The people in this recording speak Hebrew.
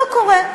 לא קורה.